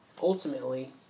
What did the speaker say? ultimately